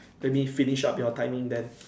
let me finish up your timing then